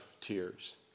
tears